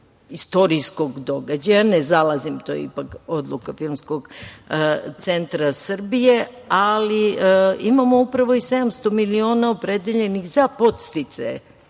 istorijskog događaja, ne zalazim, jer to je odluka Filmskog centra Srbije. Imamo upravo i 700 miliona, opredeljenih za podsticaje,